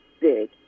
big